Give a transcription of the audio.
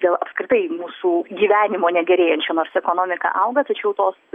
dėl apskritai mūsų gyvenimo negerėjančio nors ekonomika auga tačiau tos